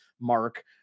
Mark